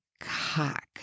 cock